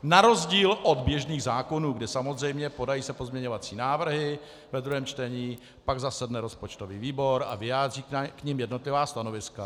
Na rozdíl od běžných zákonů, kde se samozřejmě podají pozměňovací návrhy ve druhém čtení, pak zasedne rozpočtový výbor a vyjádří k nim jednotlivá stanoviska.